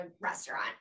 restaurant